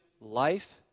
life